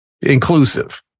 inclusive